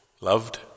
Loved